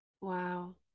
Wow